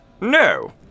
No